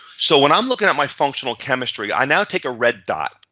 so when i'm looking at my functional chemistry, i now take a red dot.